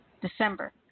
December